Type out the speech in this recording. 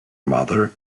mother